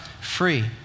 free